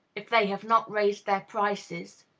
if they have not raised their prices.